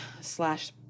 slash